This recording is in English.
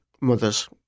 mothers